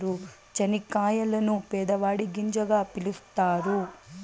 చనిక్కాయలను పేదవాడి గింజగా పిలుత్తారు